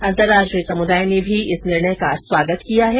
अंतर्राष्ट्रीय समुदाय ने भी इस निर्णय का स्वागत किया है